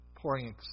Pouring